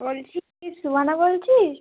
বলছি তুই সুহানা বলছিস